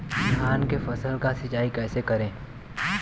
धान के फसल का सिंचाई कैसे करे?